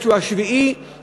שהוא 7 בדצמבר.